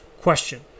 question